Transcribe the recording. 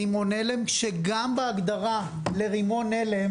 רימון הלם